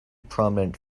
prominent